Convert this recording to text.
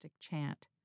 chant